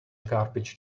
garbage